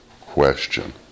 question